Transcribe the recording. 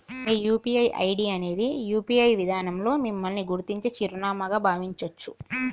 మీ UPI ID అనేది UPI విధానంలో మిమ్మల్ని గుర్తించే చిరునామాగా భావించొచ్చు